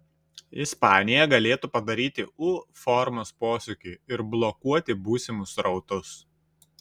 ispanija galėtų padaryti u formos posūkį ir blokuoti būsimus srautus